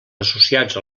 associats